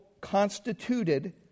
constituted